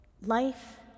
Life